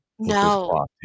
No